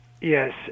Yes